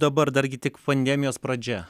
dabar dargi tik pandemijos pradžia